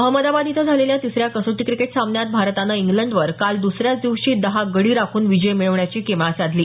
अहमदाबाद इथं झालेल्या तिसऱ्या कसोटी क्रिकेट सामन्यात भारतानं इंग्लंडवर काल द्सऱ्याच दिवशी दहा गडी राखून विजय मिळवण्याची किमया साधली